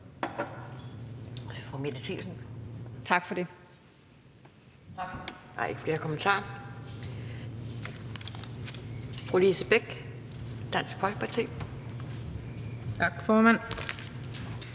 Tak for det.